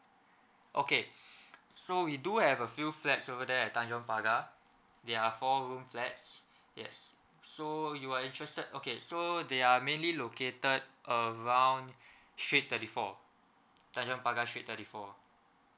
okay so we do have a few flats over there at tanjong pagar they are four room flats yes so you are interested okay so they are mainly located around street thirty four tanjong pagar street thirty four